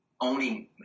owning